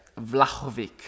Vlahovic